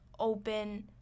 Open